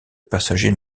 passagers